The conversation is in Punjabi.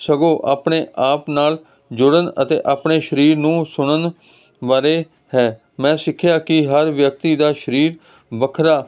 ਸਗੋਂ ਆਪਣੇ ਆਪ ਨਾਲ ਜੁੜਨ ਅਤੇ ਆਪਣੇ ਸਰੀਰ ਨੂੰ ਸੁਣਨ ਬਾਰੇ ਹੈ ਮੈਂ ਸਿੱਖਿਆ ਕਿ ਹਰ ਵਿਅਕਤੀ ਦਾ ਸਰੀਰ ਵੱਖਰਾ